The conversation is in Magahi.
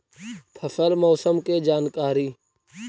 फसल मौसम के जानकारी?